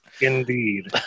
Indeed